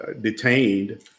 detained